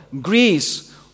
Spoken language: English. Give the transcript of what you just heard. Greece